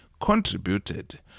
contributed